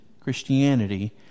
Christianity